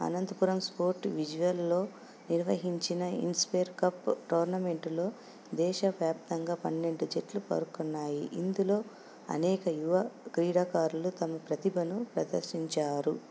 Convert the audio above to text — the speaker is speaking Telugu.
అనంతపురం స్పోర్ట్ విజువల్లో నిర్వహించిన ఇన్స్పేర్ కప్ టోర్నమెంటులో దేశవ్యాప్తంగా పన్నెండు జట్లు పాల్గొన్నాయి ఇందులో అనేక యువ క్రీడాకారులు తమ ప్రతిభను ప్రదర్శించారు